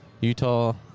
Utah